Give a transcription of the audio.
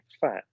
fat